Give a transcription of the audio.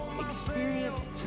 experience